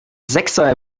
sechser